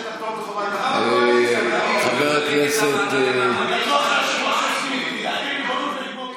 חבר הכנסת, אתה ממש קרוב.